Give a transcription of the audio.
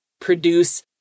produce